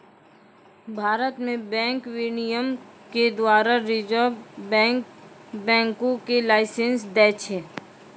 भारत मे बैंक विनियमन के द्वारा रिजर्व बैंक बैंको के लाइसेंस दै छै